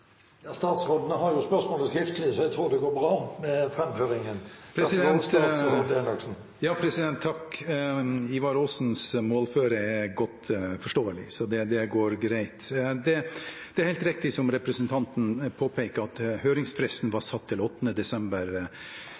det går bra med fremføringen. Ivar Aasens målføre er godt forståelig, så det går greit. Det er helt riktig, som representanten påpeker, at høringsfristen var satt til 8. desember